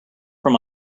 from